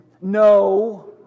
No